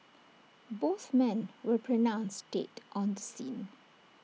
both men were pronounced dead on the scene